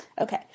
Okay